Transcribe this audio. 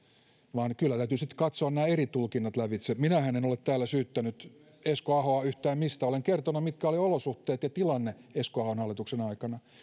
vaan kyllä täytyy sitten katsoa nämä eri tulkinnat lävitse minähän en ole täällä syyttänyt esko ahoa yhtään mistään olen kertonut mitkä olivat olosuhteet ja tilanne esko ahon hallituksen aikana